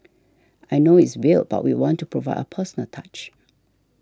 I know it's weird but we want to provide a personal touch